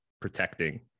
protecting